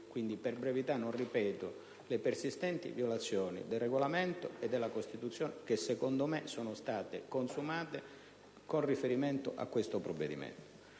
quindi per brevità non ripeto le persistenti violazioni del Regolamento e della Costituzione che secondo me sono state consumate con riferimento al provvedimento